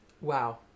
Wow